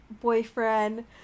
boyfriend